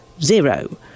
zero